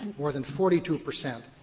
more than forty two percent.